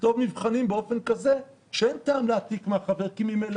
לכתוב מבחנים באופן כזה שאין טעם להעתיק מהחבר כי ממילא